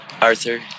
Arthur